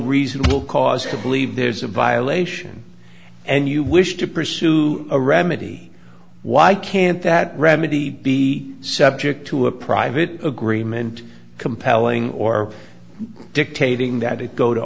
reasonable cause to believe there's a violation and you wish to pursue a remedy why can't that remedy be subject to a private agreement compelling or dictating that it go to